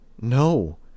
No